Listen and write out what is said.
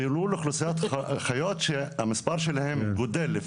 דילול אוכלוסיית חיות שהמספר שלהם גודל,